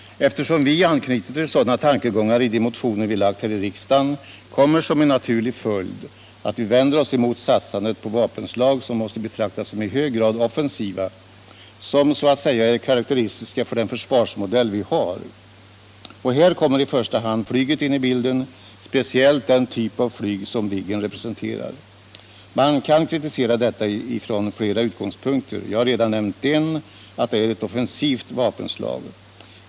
Eftersom vi anknyter till sådana tankegångar i de motioner vi framlagt här i riksdagen, kommer som en naturlig följd att vi vänder oss emot satsandet på vapenslag som måste betraktas som i hög grad offensiva, som så att säga är karakteristiska för den försvarsmodell vi har. Och här kommer i första hand flyget in i bilden, speciellt den typ av flyg som Viggen representerar. Man kan kritisera detta från flera utgångspunkter. Jag har redan nämnt en, att det är ett offensivt vapenslag.